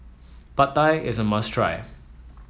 Pad Thai is a must try